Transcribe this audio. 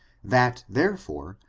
that therefore,